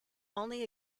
only